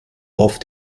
auf